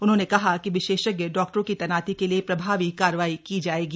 उन्होंने कहा कि विशेषज्ञ डॉक्टरों की तैनाती के लिए प्रभावी कार्रवाई की जाएगी